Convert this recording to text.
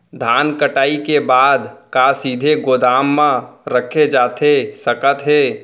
धान कटाई के बाद का सीधे गोदाम मा रखे जाथे सकत हे?